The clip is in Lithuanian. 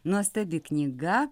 nuostabi knyga